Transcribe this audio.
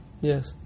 Yes